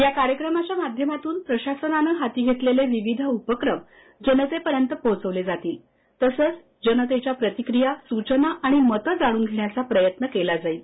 या कार्यक्रमाच्या माध्यमातून प्रशासनानं हाती घेतलेले विविध उपक्रम जनतेपर्यंत पोहोचवले जातील तसंच जनतेच्या प्रतिक्रिया सूचना मतं जाणून घेण्याचा प्रयत्न केला जाईल